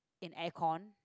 in air con